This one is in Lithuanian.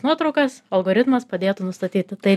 nuotraukas algoritmas padėtų nustatyti tai